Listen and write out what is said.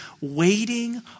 waiting